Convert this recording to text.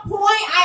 point